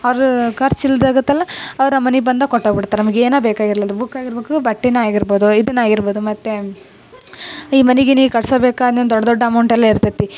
ಅವ್ರು ಖರ್ಚು ಇಲ್ದೆ ಆಗುತ್ತಲ್ಲ ಅವ್ರು ನಮ್ಮ ಮನಿಗೆ ಬಂದು ಕೊಟ್ಟೋಗಿ ಬಿಡ್ತಾರೆ ನಮ್ಗೆ ಏನು ಬೇಕಾಗಿರಲಿ ಅದು ಬುಕ್ ಆಗಿರ್ಬೇಕು ಬಟ್ಟೆನ ಆಗಿರ್ಬೋದು ಇದನ್ನ ಆಗಿರ್ಬೋದು ಮತ್ತೆ ಈ ಮನಿ ಗಿನಿ ಕಟ್ಟಿಸ್ಬೇಕ ಅದ್ನೇನು ದೊಡ್ಡ ದೊಡ್ಡ ಅಮೌಂಟಲ್ಲಿ ಇರ್ತೈತೆ